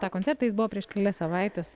tą koncertą jis buvo prieš kelias savaites